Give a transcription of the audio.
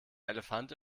elefant